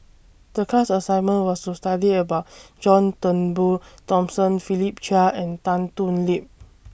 The class assignment was to study about John Turnbull Thomson Philip Chia and Tan Thoon Lip